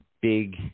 big